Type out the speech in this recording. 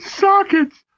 sockets